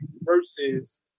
versus